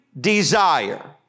desire